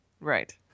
Right